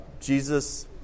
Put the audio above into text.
Jesus